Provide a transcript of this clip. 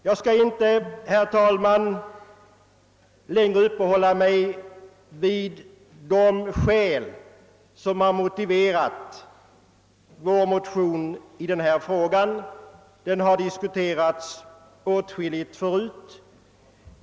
Jag skall inte, herr talman, längre uppehålla mig vid de skäl som legat till grund för vår motion i denna fråga — de har diskuterats åtskilligt tidigare.